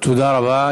תודה רבה.